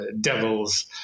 Devils